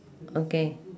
okay